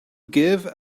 give